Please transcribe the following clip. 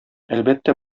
әлбәттә